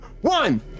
one